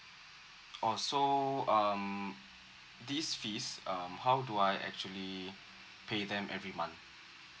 orh so um these fees um how do I actually pay them every month